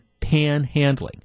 panhandling